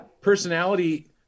personality